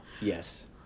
Yes